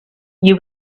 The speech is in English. you